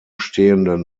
stehenden